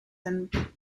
and